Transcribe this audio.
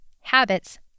habits